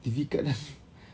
if ikat ah